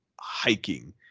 hiking